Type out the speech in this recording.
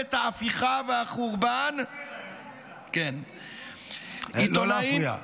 ממשלת ההפיכה והחורבן, כן, לא להפריע.